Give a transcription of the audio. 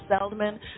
Seldman